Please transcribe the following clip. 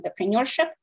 Entrepreneurship